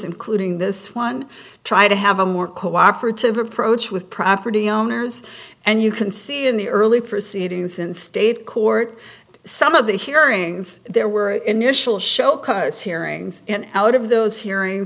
including this one tried to have a more cooperative approach with property owners and you can see in the early proceedings in state court some of the hearings there were initial show cause hearings and out of those hearing